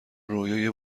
رویای